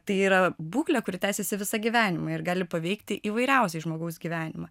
tai yra būklė kuri tęsiasi visą gyvenimą ir gali paveikti įvairiausiai žmogaus gyvenimą